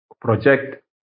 project